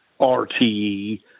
RTE